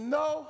no